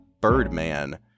Birdman